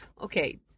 Okay